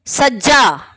ਸੱਜਾ